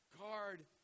guard